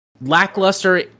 Lackluster